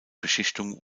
beschichtung